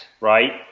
right